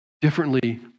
differently